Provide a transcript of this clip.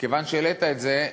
כיוון שהעלית את זה,